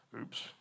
Oops